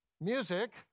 music